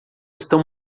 estão